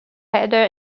header